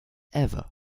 ever